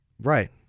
Right